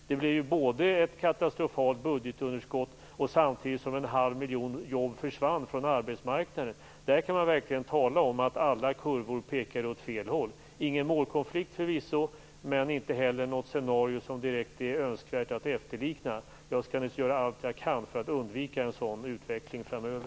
Det blev ett katastrofalt budgetunderskott samtidigt som en halv miljon jobb försvann från arbetsmarknaden. I det fallet kan man verkligen tala om att alla kurvor pekade åt fel håll. Det var förvisso ingen målkonflikt, men det var inte heller något scenario som det direkt är önskvärt att efterlikna. Jag skall naturligtvis göra allt jag kan för att undvika en sådan utveckling framöver.